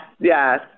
yes